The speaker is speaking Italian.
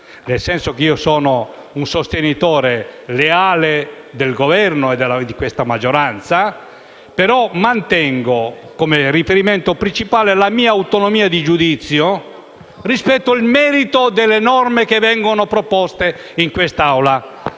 precisare che io sono un sostenitore leale del Governo e di questa maggioranza, ma mantengo, come riferimento principale, la mia autonomia di giudizio rispetto al merito delle norme proposte in quest'Assemblea.